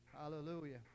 Hallelujah